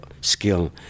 skill